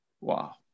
Wow